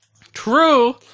true